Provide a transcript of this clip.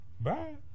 Bye